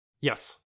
Yes